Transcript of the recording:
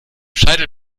scheitel